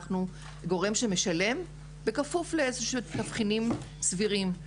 אנחנו גורם שמשלם בכפוף לאיזשהם תבחינים סבירים.